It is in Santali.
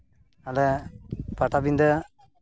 ᱟᱞᱮ ᱯᱟᱴᱟᱵᱤᱫᱟᱹ